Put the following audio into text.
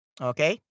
Okay